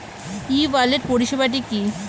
ই wallet পরিষেবাটি কি?